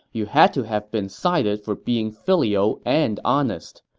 you had to have been cited for being filial and honest.